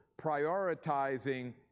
prioritizing